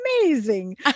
amazing